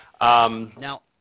Now